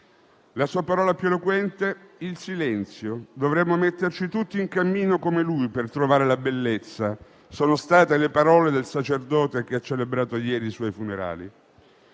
La sua parola più eloquente il silenzio: «Dovremmo metterci tutti in cammino come lui, per trovare la bellezza», sono state le parole del sacerdote che ha celebrato ieri i suoi funerali.